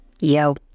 yo